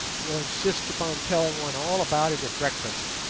will insist upon telling one all about it at breakfast,